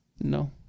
No